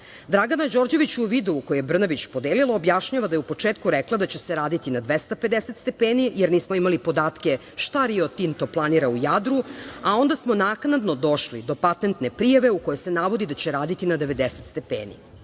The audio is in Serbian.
Dragana Đorđević u videu koji je Brnabić podelila objašnjava da je u početku rekla da će se raditi na 250 stepeni, jer nismo imali podatke šta Rio Tinto planira u Jadru, a onda smo naknadno došli do patentne prijave u kojoj se navodi da će raditi na 90 stepeni.